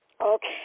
Okay